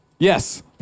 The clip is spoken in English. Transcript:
Yes